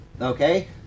Okay